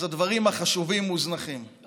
אז הדברים החשובים מוזנחים.